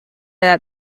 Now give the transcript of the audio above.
edad